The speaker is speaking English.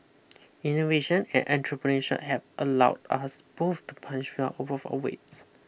innovation and entrepreneurship have allowed us both to punch well above our weight